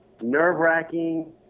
nerve-wracking